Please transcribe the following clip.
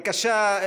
בבקשה,